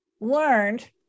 learned